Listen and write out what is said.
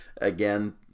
Again